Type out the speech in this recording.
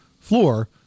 floor